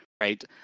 right